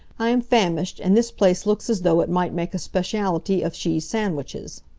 i am famished, and this place looks as though it might make a speciality of cheese sandwiches.